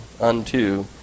unto